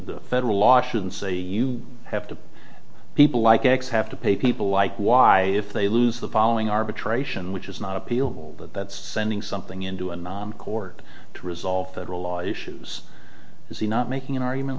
a federal law shouldn't say you have to people like x have to pay people like y if they lose the following arbitration which is not appealable but that's sending something into a court to resolve federal law issues is he not making an argument